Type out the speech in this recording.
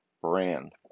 Brand